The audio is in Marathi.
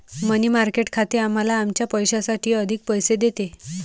मनी मार्केट खाते आम्हाला आमच्या पैशासाठी अधिक पैसे देते